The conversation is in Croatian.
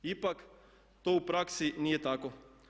Ipak to u praksi nije tako.